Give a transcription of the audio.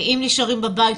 אם נשארים בבית,